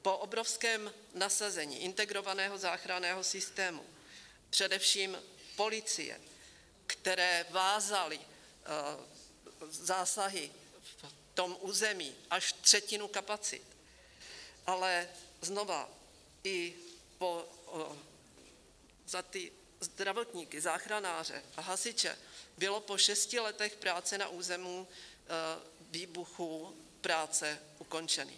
Po obrovském nasazení integrovaného záchranného systému, především policie, které vázaly zásahy v tom území až třetinu kapacit, ale znova i za ty zdravotníky, záchranáře a hasiče, byly po šesti letech na území výbuchu práce ukončeny.